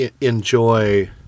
enjoy